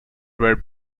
were